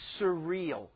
surreal